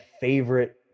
favorite